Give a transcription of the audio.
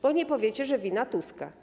Bo nie powiecie, że to wina Tuska.